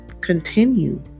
continue